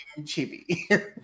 Chibi